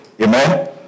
Amen